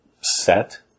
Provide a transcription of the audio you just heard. set